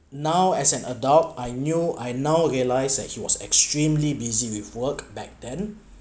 now as an adult I knew I now realize that he was extremely busy with work back then